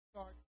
Start